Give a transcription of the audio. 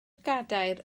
gadair